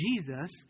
Jesus